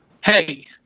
hey